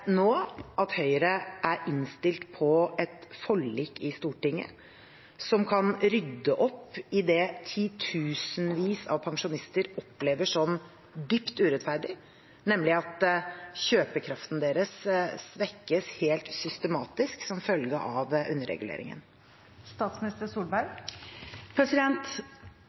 nå at Høyre er innstilt på et forlik i Stortinget som kan rydde opp i det titusenvis av pensjonister opplever som dypt urettferdig, nemlig at kjøpekraften deres svekkes helt systematisk som følge av